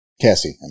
Cassie